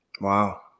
Wow